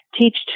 teach